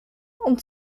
und